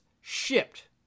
shipped